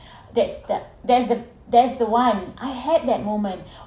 that's the that's the that's the one I had that moment